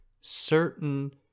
certain